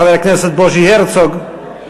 חבר הכנסת בוז'י הרצוג,